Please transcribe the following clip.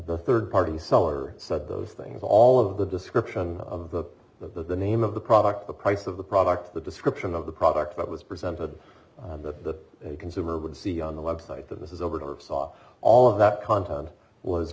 the third party saw or said those things all of the description of the the name of the product the price of the product the description of the product that was presented to the consumer would see on the website that this is overt or saw all of that content was